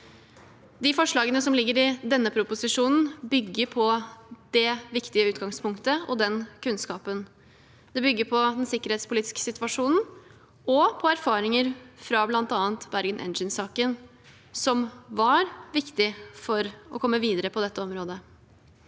De forslagene som ligger i denne proposisjonen, bygger på det viktige utgangspunktet og den kunnskapen. Det bygger på den sikkerhetspolitiske situasjonen og på erfaringer fra bl.a. Bergen Engines-saken, som var viktig for å komme videre på dette området.